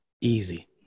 Easy